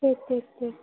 ठीक ठीक ठीक